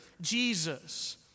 Jesus